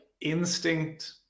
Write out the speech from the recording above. instinct